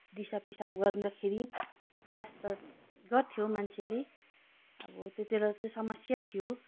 दिसापिसाब गर्दाखेरि लाज त गर्थ्यो मान्छेले अब त्यतिबेला चाहिँ समस्या थियो